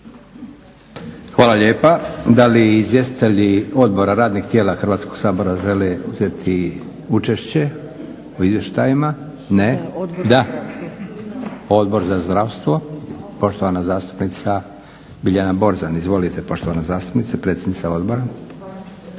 Hvala lijepa. Da li izvjestitelji odbora radnih tijela Hrvatskog sabora žele uzeti učešće u izvještajima? Ne? Da. Odbor za zdravstvo, poštovana zastupnica Biljana Borzan. Izvolite poštovana zastupnice, predsjednice Odbora.